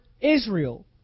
Israel